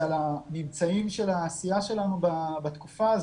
המבצעים של העשייה שלנו בתקופה הזאת.